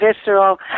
visceral